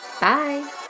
Bye